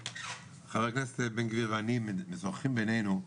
חבר הכנסת בן גביר ואני משוחחים בינינו,